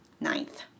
ninth